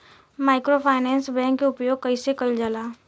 Microfinance bank के उपयोग कइसे कइल जाला?